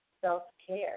self-care